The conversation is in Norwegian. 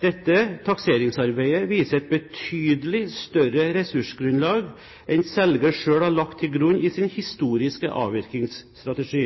Dette takseringsarbeidet viser et betydelig større ressursgrunnlag enn selger selv har lagt til grunn i sin historiske avvirkningsstrategi.